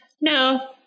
No